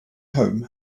home